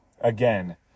Again